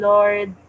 Lord